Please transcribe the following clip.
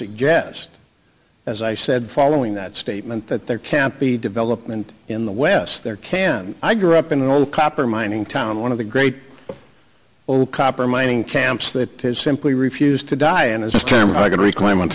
suggest as i said following that statement that there can't be development in the west there can i grew up in an old copper mining town one of the great old copper mining camps that has simply refused to die and it's time i can reclaim one